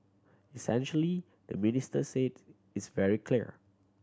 essentially the minister said it's very clear